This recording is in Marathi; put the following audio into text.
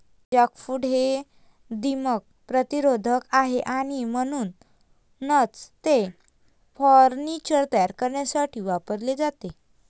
जॅकफ्रूट हे दीमक प्रतिरोधक आहे आणि म्हणूनच ते फर्निचर तयार करण्यासाठी वापरले जाते